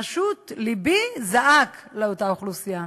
פשוט לבי זעק לאותה אוכלוסייה.